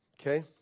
Okay